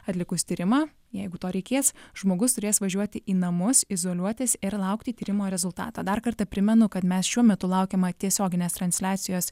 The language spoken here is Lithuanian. atlikus tyrimą jeigu to reikės žmogus turės važiuoti į namus izoliuotis ir laukti tyrimo rezultato dar kartą primenu kad mes šiuo metu laukiama tiesioginės transliacijos